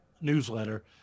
newsletter